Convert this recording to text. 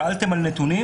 שאלתם על נתונים